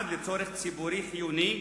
1. לצורך ציבורי חיוני,